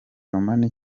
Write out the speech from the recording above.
money